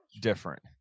different